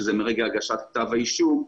שזה מרגע הגשת כתב האישום,